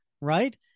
right